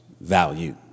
value